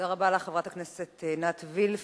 תודה רבה לך, חברת הכנסת עינת וילף.